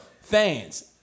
fans